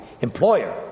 employer